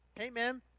Amen